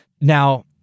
Now